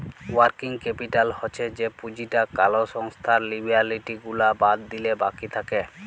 working capital হচ্ছ যে পুঁজিটা কোলো সংস্থার লিয়াবিলিটি গুলা বাদ দিলে বাকি থাক্যে